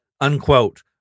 unquote